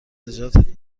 نجاتت